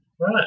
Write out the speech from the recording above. Right